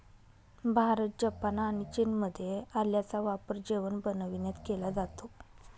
Bharat, Japan आणि चीनमध्ये आल्याचा वापर जेवण बनविण्यात केला जातो